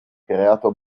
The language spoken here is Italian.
creato